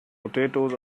potatoes